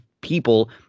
people